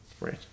right